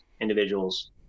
individuals